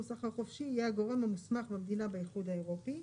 סחר חופשי יהיה הגורם המוסמך במדינה באיחוד האירופי.